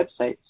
websites